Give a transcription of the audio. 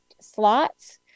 slots